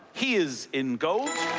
he is in gold.